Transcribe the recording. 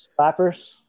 slappers